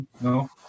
No